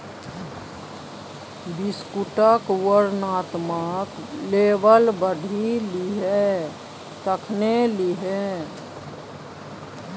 बिस्कुटक वर्णनात्मक लेबल पढ़ि लिहें तखने लिहें